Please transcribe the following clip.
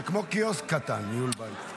זה כמו קיוסק קטן, ניהול בית.